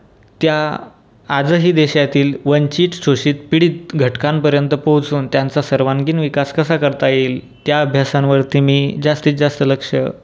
त्या आजही देशातील वंचित शोषित पीडित घटकांपर्यंत पोहोचून त्यांचा सर्वांगीण विकास कसा करता येईल त्या अभ्यासांवरती मी जास्तीत जास्त लक्ष